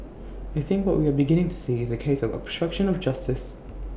I think what we are beginning to see is A case of obstruction of justice